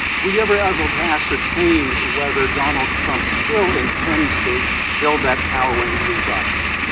we ever hubbell the ascertain whether donald trump still intends to build that tower when he leaves office